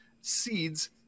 seeds